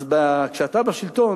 אז כשאתה בשלטון,